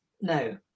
No